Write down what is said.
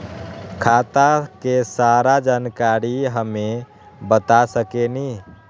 खाता के सारा जानकारी हमे बता सकेनी?